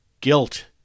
guilt